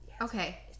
Okay